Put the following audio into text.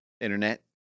Internet